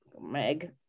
Meg